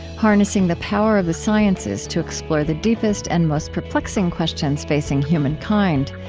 harnessing the power of the sciences to explore the deepest and most perplexing questions facing human kind.